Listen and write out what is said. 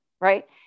right